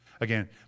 Again